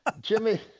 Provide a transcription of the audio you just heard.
Jimmy